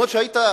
אף-על-פי שהיית,